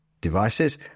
devices